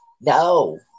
No